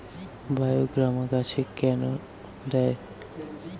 বায়োগ্রামা গাছে কেন দেয়?